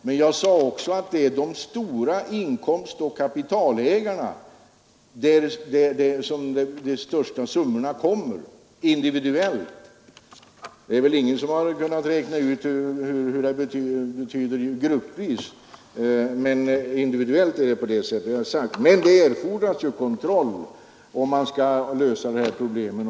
Men jag sade också att det är på de stora inkomsttagarna och kapitalägarna som de största summorna faller individuellt. Ingen har kunnat räkna ut utfallet gruppvis, men jag har sagt att det individuellt förhåller sig på detta sätt. Det erfordras emellertid också kontrollåtgärder för att man skall kunna lösa dessa problem.